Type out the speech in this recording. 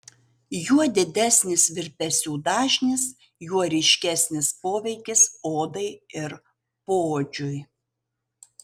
juo didesnis virpesių dažnis juo ryškesnis poveikis odai ir poodžiui